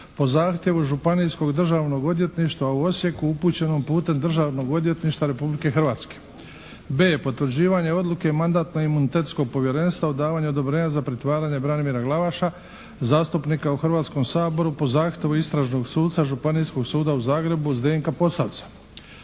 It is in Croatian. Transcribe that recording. po zahtjevu Županijskog Državnog odvjetništva u Osijeku upućenom putem Državnog odvjetništva Republike Hrvatske. b) Potvrđivanje odluke Mandatno imunitetskog povjerenstva o davanju odobrenja za pritvaranje Branimira Glavaša zastupnika u Hrvatskom saboru po zahtjevu istražnog suca Županijskog suda u zagrebu Zdenka Posavca.